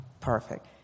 Perfect